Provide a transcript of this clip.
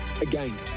again